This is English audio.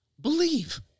Believe